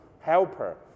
helper